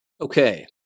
Okay